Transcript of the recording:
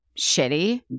shitty